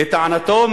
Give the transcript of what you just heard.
לטענתו,